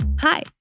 hi